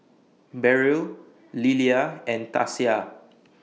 Beryl Lilia and Tasia